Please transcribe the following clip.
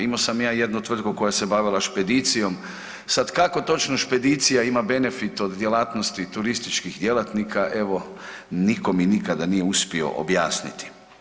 Imo sam ja jednu tvrtku koja se bavila špedicijom, sad kako točno špedicija ima benefit od djelatnosti turističkih djelatnika, evo niko mi nikada nije uspio objasniti.